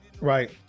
Right